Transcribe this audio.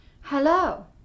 Hello